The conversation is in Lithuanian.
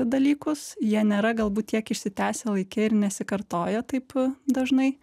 dalykus jie nėra galbūt tiek išsitęsę laike ir nesikartoja taip dažnai